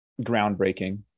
groundbreaking